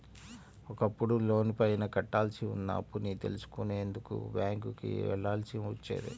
ఒకప్పుడు లోనుపైన కట్టాల్సి ఉన్న అప్పుని తెలుసుకునేందుకు బ్యేంకుకి వెళ్ళాల్సి వచ్చేది